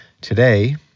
Today